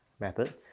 method